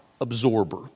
absorber